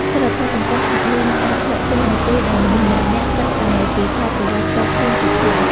សីលធម៌សង្គមហាក់មានការធ្លាក់ចុះនៅពេលដែលមនុស្សម្នាក់ៗគិតតែពីផលប្រយោជន៍ផ្ទាល់ខ្លួនជាធំ។